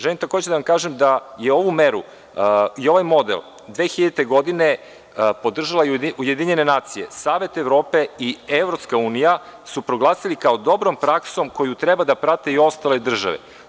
Želim takođe da kažem da su ovu meru i ovaj model 2000. godine podržale UN, Savet Evrope i EU i proglasili su je kao dobrom praksom koju treba da prate i ostale države.